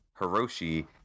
Hiroshi